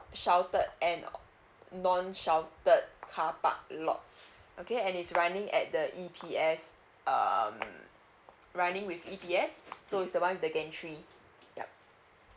sheltered and non sheltered car park lots okay and is running at the E_P_S um running with E_P_S so it's the one the gantry yup